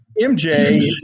MJ